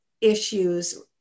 issues